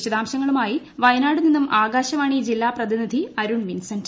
വിശദാംശങ്ങളുമായി വയനാട് നിന്നും ആകാശവാണി ജില്ലാ പ്രതിനിധി അരുൺ വിൻസെന്റ്